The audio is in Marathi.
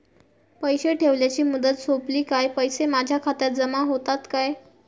पैसे ठेवल्याची मुदत सोपली काय पैसे माझ्या खात्यात जमा होतात काय?